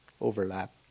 overlap